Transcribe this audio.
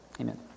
Amen